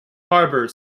harbour